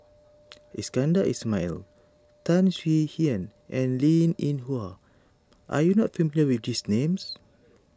Iskandar Ismail Tan Swie Hian and Linn in Hua are you not familiar with these names